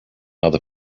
other